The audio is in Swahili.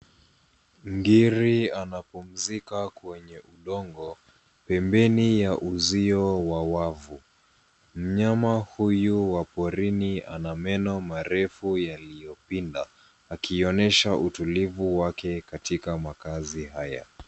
Ngiri anapumzika kwenye udongo, pembeni ya uzio wa wavu. Mnyama huyu wa porini ana meno marefu yaliyopinda, akionyesha utulivu wake katika makazi haya.